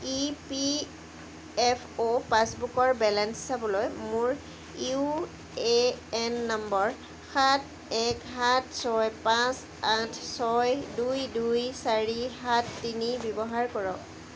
ই P F অ' পাছবুকৰ balance চাবলৈ মোৰ ইউ এ এন নম্বৰ সাত এক সাত ছয় পাঁচ আঠ ছয় দুই দুই চাৰি সাত তিনি ব্যৱহাৰ কৰক